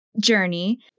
journey